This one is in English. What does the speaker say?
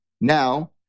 Now